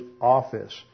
office